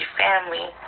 family